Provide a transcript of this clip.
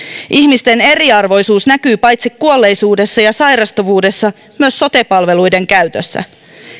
ihmisten eriarvoisuus näkyy paitsi kuolleisuudessa ja sairastuvuudessa myös sote palveluiden käytössä